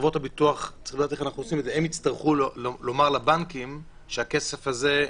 חברות הביטוח יצטרכו לומר לבנקים שהכסף הזה,